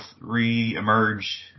re-emerge